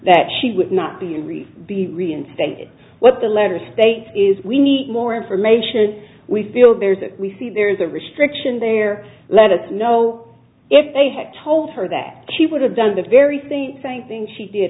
that she would not be reached be reinstated what the letter states is we need more information we feel there is that we see there is a restriction there let us know if they had told her that she would have done the very thing the same thing she did